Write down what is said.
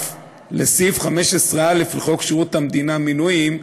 לסעיף 15א לחוק שירות המדינה (מינויים),